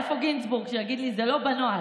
איפה גינזבורג שיגיד לי שזה לא בנוהל?